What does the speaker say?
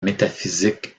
métaphysique